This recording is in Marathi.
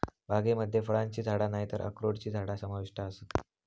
बागेमध्ये फळांची झाडा नायतर अक्रोडची झाडा समाविष्ट आसत